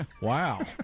Wow